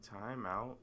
timeout